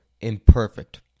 imperfect